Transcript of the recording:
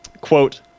Quote